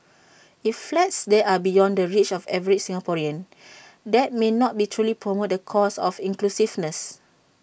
if flats there are beyond the reach of the average Singaporean that may not be truly promote the cause of inclusiveness